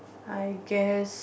I guess